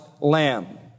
lamb